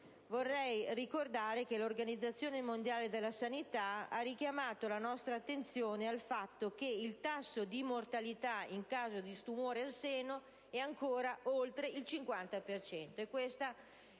voglio ricordare, però, che l'Organizzazione mondiale della sanità ha richiamato la nostra attenzione sul fatto che il tasso di mortalità in caso di tumore al seno è ancora superiore al 50